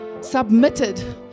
submitted